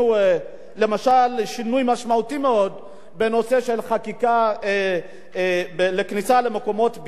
שינוי משמעותי מאוד בנושא של חקיקה לכניסה למקומות בידור וכן הלאה.